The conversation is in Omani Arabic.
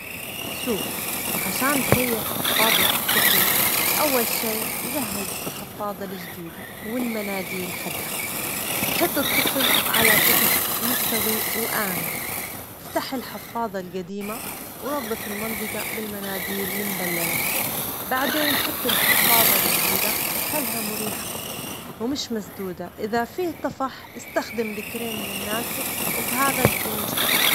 شوف، عشان تغير حفاضة الطفل أول شي جهز الحفاضة الجديدة والمناديل حدها ، حط الطفل على سطح مستوي وآمن، افتح الحفاضة القديمة ونظف المنطقة بالمناديل المبللة، بعدين حط الحفاضة الجديدة وخلها مريحة ومش مشدودة، إذا في طفح استخدم الكريم المناسب، وبهذا تكون جاهزة.